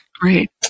Great